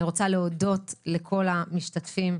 אני רוצה להודות לכל המשתתפים,